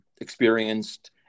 experienced